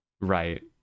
Right